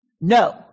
No